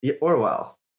Orwell